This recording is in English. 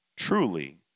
Truly